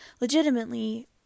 Legitimately